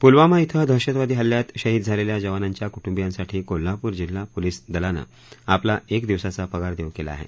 पुलवामा इथं दहशतवादी हल्ल्यात शहीद झालेल्या जवानांच्या कुटुंबियांसाठी कोल्हापूर जिल्हा पोलिस दलानं आपला एक दिवसाचा पगार देऊ केला आहे